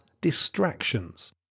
distractions